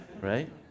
right